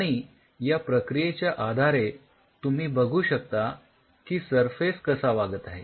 आणि या प्रक्रियेच्या आधारे तुम्ही बघू शकता की सरफेस कसा वागत आहे